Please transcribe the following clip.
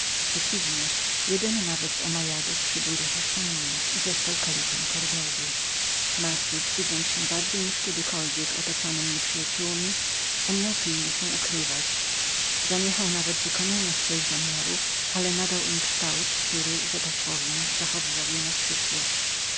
przeciwnie jeden nawet z omniadów przybył do hiszpanji i został kalifem kordowy massud widząc się bardziej niż kiedykolwiek otoczonym nieprzyjaciołmi umiał pilnie się ukrywać zaniechał nawet wykonania swoich zamiarów ale nadał im kształt który że tak powiem zachowywał je na przyszłość